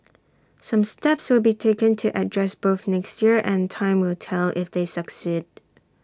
some steps will be taken to address both next year and time will tell if they succeed